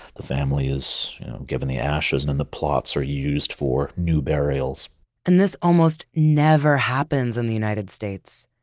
the family is given the ashes, and then and the plots are used for new burials and this almost never happens in the united states.